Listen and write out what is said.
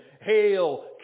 Hail